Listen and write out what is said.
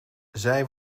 zij